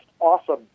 awesome